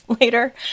later